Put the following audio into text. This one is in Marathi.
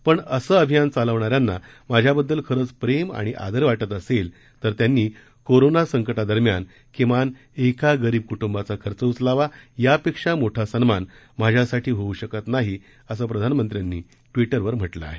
पण असे अभियान चालवणाऱ्यांना माझ्याबद्दल खरंच प्रेम आणि आदर वाटत असेल तर त्यांनी कोरोना संकटादरम्यान किमान एका गरीब कुटुंबाचा खर्च उचलावा यापेक्षा मोठा सन्मान माझ्यासाठी होऊ शकत नाही असं प्रधानमंत्र्यांनी ट्विटर वर म्हटलं आहे